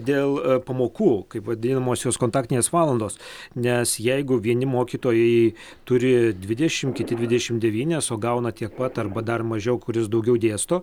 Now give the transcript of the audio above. dėl pamokų kaip vadinamosios kontaktinės valandos nes jeigu vieni mokytojai turi dvidešimt kiti dvidešimt devynias o gauna tiek pat arba dar mažiau kuris daugiau dėsto